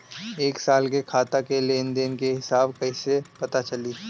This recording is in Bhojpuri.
एक साल के खाता के लेन देन के हिसाब कइसे पता चली?